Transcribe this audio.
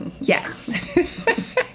Yes